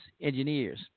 engineers